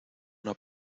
una